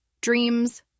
dreams